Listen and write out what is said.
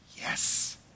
yes